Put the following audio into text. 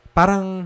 parang